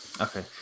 Okay